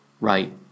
right